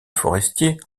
forestiers